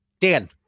Dan